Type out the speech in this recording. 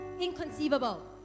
inconceivable